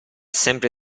sempre